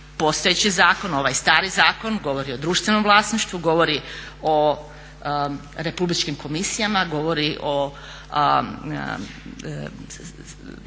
Postojeći zakon, ovaj stari zakon govori o društvenom vlasništvu, govori o republičkim komisijama, govori o